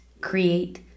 create